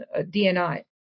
DNI